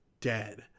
dead